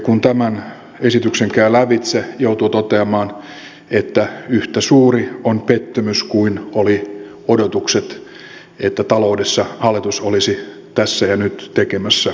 kun tämän esityksen käy lävitse joutuu toteamaan että yhtä suuri on pettymys kuin olivat odotukset että taloudessa hallitus olisi tässä ja nyt tekemässä jotakin